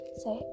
say